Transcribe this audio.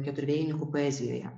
keturvėjininkų poezijoje